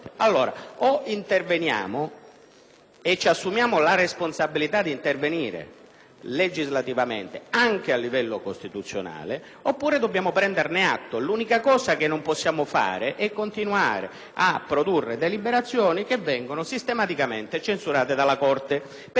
e ci assumiamo la responsabilità d'intervenire legislativamente anche a livello costituzionale, oppure dobbiamo prendere atto di ciò. L'unica cosa che non possiamo fare è continuare a produrre deliberazioni sistematicamente censurate dalla Corte, perché questo non è né serio né corretto